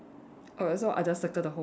err so I just circle the whole